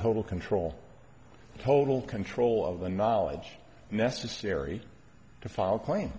total control total control of the knowledge necessary to file a claim